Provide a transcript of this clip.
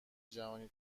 جهانی